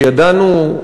שידענו,